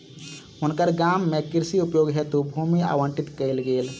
हुनकर गाम में कृषि उपयोग हेतु भूमि आवंटित कयल गेल